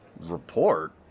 Report